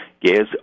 gas